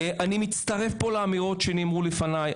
אני מצטרף פה לאמירות שנאמרו לפניי.